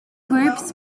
groups